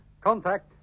Contact